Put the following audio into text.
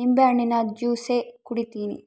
ನಿಂಬೆಹಣ್ಣಿನ ಜ್ಯೂಸೆ ಕುಡೀತೀನಿ